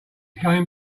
coming